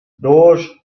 those